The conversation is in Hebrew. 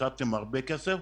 שהפסדתם הרבה כסף,